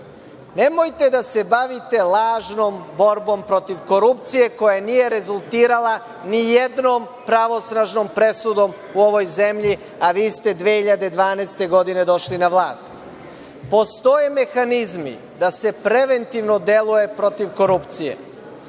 osećaju. Nemojte da se bavite lažnom borbom protiv korupcije koja nije rezultirala nijednom pravosnažnom presudom u ovoj zemlji, a vi ste 2012. godine došli na vlast. Postoje mehanizmi da se preventivno deluje protiv korupcije.